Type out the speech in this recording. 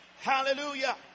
Hallelujah